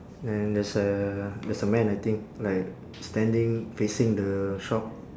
then there's a there's a man I think like standing facing the shop